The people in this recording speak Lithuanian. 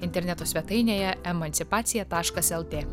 interneto svetainėje emancipacija taškas lt